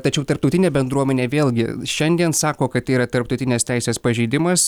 tačiau tarptautinė bendruomenė vėlgi šiandien sako kad tai yra tarptautinės teisės pažeidimas ir